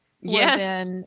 yes